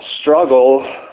struggle